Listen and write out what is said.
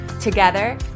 Together